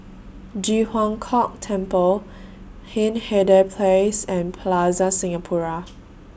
Ji Huang Kok Temple Hindhede Place and Plaza Singapura